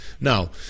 Now